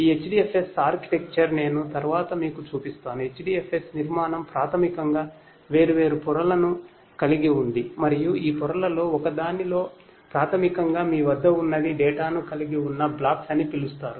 ఈ HDFS నిర్మాణం నేను తరువాత మీకు చూపిస్తాను HDFS నిర్మాణం ప్రాథమికంగా వేర్వేరు పొరలను కలిగి ఉంది మరియు ఈ పొరలలో ఒకదానిలో ప్రాథమికంగా మీ వద్ద ఉన్నది డేటాను కలిగి ఉన్న బ్లాక్స్ అని పిలుస్తారు